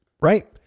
right